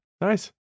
Nice